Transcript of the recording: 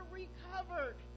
recovered